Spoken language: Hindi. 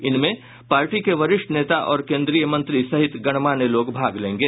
इनमें पार्टी के वरिष्ठ नेता और केंद्रीय मंत्री सहित गणमान्य लोग भाग लेंगे